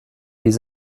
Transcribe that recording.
des